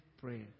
pray